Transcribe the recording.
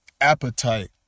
appetite